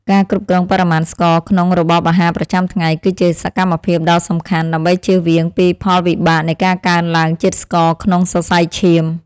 ការគ្រប់គ្រងបរិមាណស្ករក្នុងរបបអាហារប្រចាំថ្ងៃ គឺជាសកម្មភាពដ៏សំខាន់ ដើម្បីជៀសវាងពីផលវិបាកនៃការកើនឡើងជាតិស្ករក្នុងសរសៃឈាម។